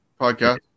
podcast